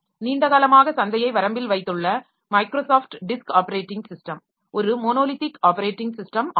நீண்ட காலமாக சந்தையை வரம்பில் வைத்துள்ள மைக்ரோசாஃப்ட் டிஸ்க் ஆப்பரேட்டிங் ஸிஸ்டம் ஒரு மோனோலித்திக் ஆப்பரேட்டிங் ஸிஸ்டம் ஆகும்